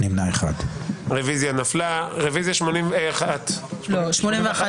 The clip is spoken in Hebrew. הצבעה בעד, 4 נגד, 8 נמנעים, אין לא אושרה.